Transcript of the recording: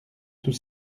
tout